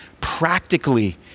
practically